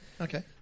Okay